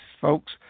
folks